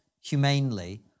humanely